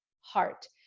heart